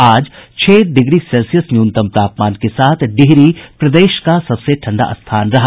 आज छह degree Celsius न्यूनतम तापमान के साथ डिहरी प्रदेश का सबसे ठंडा स्थान रहा